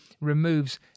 removes